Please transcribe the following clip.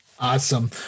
Awesome